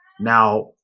Now